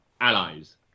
allies